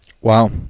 Wow